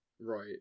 Right